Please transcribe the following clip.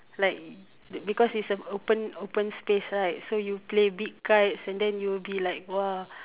like because it's an open open space right so you play big kites and then you will be like !wah!